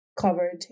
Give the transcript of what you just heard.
covered